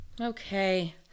Okay